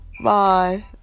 Bye